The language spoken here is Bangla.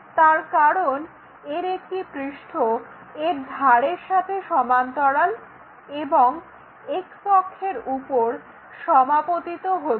তার কারণ এর একটি পৃষ্ঠ এর ধারের সাথে সমান্তরাল এবং X অক্ষের উপর সমাপতিত হচ্ছে